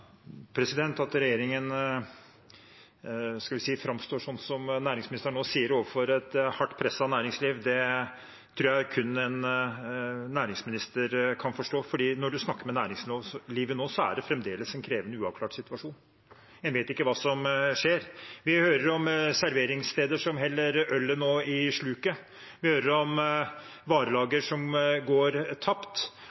At regjeringen – skal vi si – framstår sånn som næringsministeren nå sier overfor et hardt presset næringsliv, tror jeg kun en næringsminister kan forstå. Når man snakker med næringslivet nå, er det fremdeles en krevende og uavklart situasjon. En vet ikke hva som skjer. Vi hører om serveringssteder som nå heller ølet i sluket, vi hører om